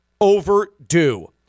Overdue